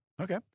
Okay